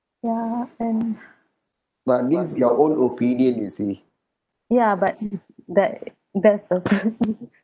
ya and but this is your own opinion you see ya but that that's the point